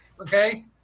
okay